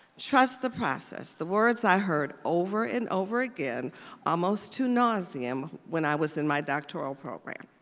trust the process, the words i heard over and over again almost to nauseum when i was in my doctoral program.